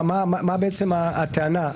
מה בעצם הטענה?